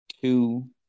two